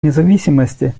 независимости